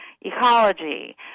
ecology